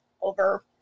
over